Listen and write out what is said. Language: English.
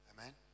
Amen